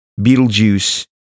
Beetlejuice